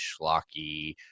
schlocky